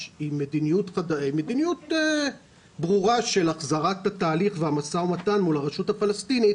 עם מדיניות ברורה של החזרת התהליך והמשא ומתן מול הרשות הפלסטינית,